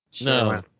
No